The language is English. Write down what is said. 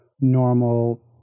normal